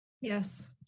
Yes